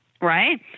right